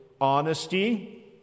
honesty